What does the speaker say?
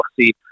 see